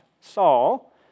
Saul